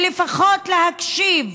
ולפחות להקשיב,